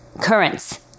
currents